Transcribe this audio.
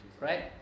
Right